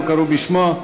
לא קראו בשמו?